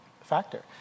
factor